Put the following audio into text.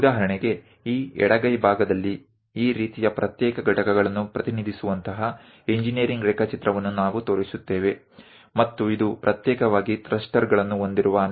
ઉદાહરણ તરીકે આ ડાબા હાથ તરફ અમે એ પ્રકારનું એન્જિનિયરિંગ ડ્રોઈંગ બતાવીએ છીએ જ્યાં આ બધા અલગ અલગ ભાગો ઘટકો રજૂ કરવામાં આવેલા છે